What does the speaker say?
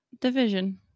division